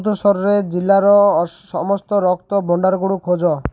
ଅମୃତସର ଜିଲ୍ଲାର ସମସ୍ତ ରକ୍ତ ଭଣ୍ଡାରଗୁଡ଼ିକ ଖୋଜ